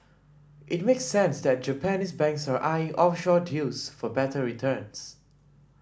it makes sense that Japanese banks are eyeing offshore deals for better returns